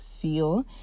feel